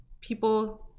people